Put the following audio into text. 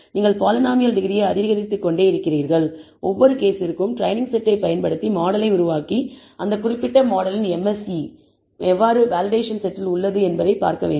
நீங்கள் பாலினாமியல் டிகிரியை அதிகரித்துக்கொண்டே இருக்கிறீர்கள் ஒவ்வொரு கேஸிற்கும் ட்ரெய்னிங் செட்டை பயன்படுத்தி மாடலை உருவாக்கி அந்த குறிப்பிட்ட மாடலின் MSE எவ்வாறு வேலிடேஷன் செட்டில் உள்ளது என்பதைப் பார்க்க வேண்டும்